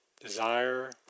desire